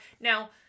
Now